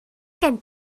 gen